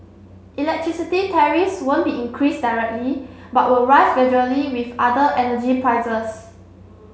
electricity tariffs won't be increased directly but will rise gradually with other energy prices